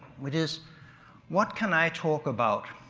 it is what can i talk about?